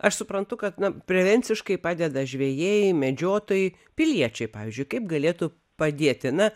aš suprantu kad na prevenciškai padeda žvejai medžiotojai piliečiai pavyzdžiui kaip galėtų padėti na